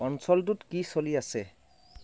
অঞ্চলটোত কি চলি আছে